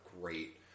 great